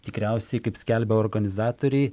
tikriausiai kaip skelbia organizatoriai